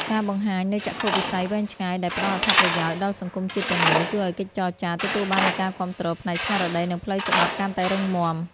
ការបង្ហាញនូវចក្ខុវិស័យវែងឆ្ងាយដែលផ្ដល់អត្ថប្រយោជន៍ដល់សង្គមជាតិទាំងមូល ជួយឱ្យកិច្ចចរចាទទួលបាននូវការគាំទ្រផ្នែកស្មារតី និងផ្លូវច្បាប់កាន់តែរឹងមាំ។